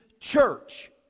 church